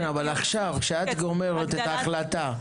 אבל עכשיו כשאת אומרת את ההחלטה,